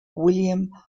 william